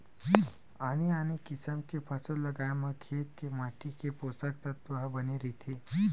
आने आने किसम के फसल लगाए म खेत के माटी के पोसक तत्व ह बने रहिथे